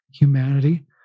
humanity